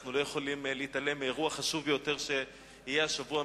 אנחנו לא יכולים להתעלם מאירוע חשוב ביותר שיהיה השבוע.